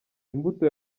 imbuto